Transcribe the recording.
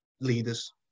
leaders